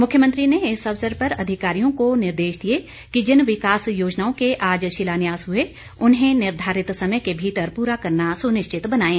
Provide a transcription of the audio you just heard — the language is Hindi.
मुख्यमंत्री ने इस अवसर पर अधिकारियों को निर्देश दिए कि जिन विकास योजनाओं का आज शिलान्यास हुए उन्हें निर्धारित समय के भीतर पूरा करना सुनिश्चित बनाएं